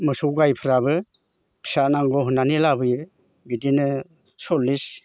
मोसौ गायफ्राबो फिसा नांगौ होननानै लाबोयो बिदिनो सलिस